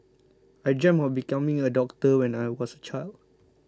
I dreamt of becoming a doctor when I was a child